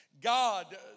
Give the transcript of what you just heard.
God